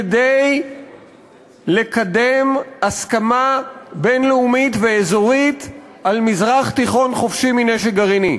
כדי לקדם הסכמה בין-לאומית ואזורית על מזרח תיכון חופשי מנשק גרעיני.